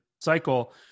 cycle